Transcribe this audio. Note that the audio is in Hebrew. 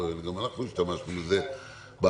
גם אנחנו השתמשנו בזה בעבר